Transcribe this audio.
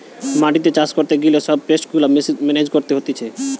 মাটিতে চাষ করতে গিলে সব পেস্ট গুলা মেনেজ করতে হতিছে